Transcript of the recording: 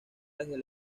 desde